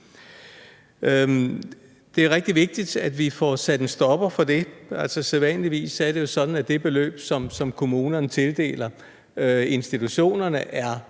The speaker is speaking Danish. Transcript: Det er rigtig vigtigt, at vi får sat en stopper for det. Sædvanligvis er det sådan, at det beløb, som kommunerne tildeler institutionerne, er